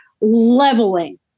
leveling